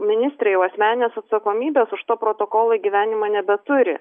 ministrė jau asmeninės atsakomybės už to protokolo įgyvendimą nebeturi